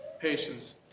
patience